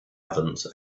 ovens